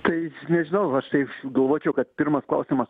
tai nežinau aš tai galvočiau kad pirmas klausimas